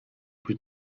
plus